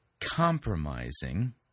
compromising